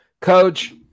coach